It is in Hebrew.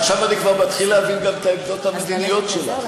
עכשיו אני כבר מתחיל להבין גם את העמדות המדיניות שלך.